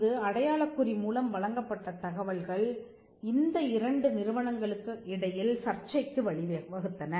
அங்கு அடையாளக் குறி மூலம் வழங்கப்பட்ட தகவல்கள் இந்த இரண்டு நிறுவனங்களுக்கு இடையில் சர்ச்சைக்கு வழிவகுத்தன